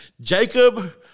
Jacob